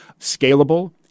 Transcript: scalable